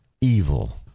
evil